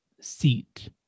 seat